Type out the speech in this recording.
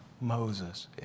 Moses